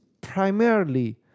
primarily